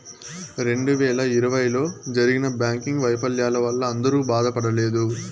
రెండు వేల ఇరవైలో జరిగిన బ్యాంకింగ్ వైఫల్యాల వల్ల అందరూ బాధపడలేదు